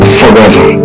forever